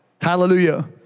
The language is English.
Hallelujah